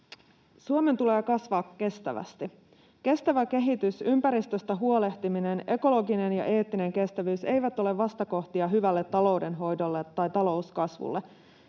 Suomen tulee kasvaa kestävästi. Kestävä kehitys, ympäristöstä huolehtiminen, ekologinen ja eettinen kestävyys eivät ole vastakohtia hyvälle taloudenhoidolle tai talouskasvulle.